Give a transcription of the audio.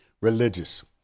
religious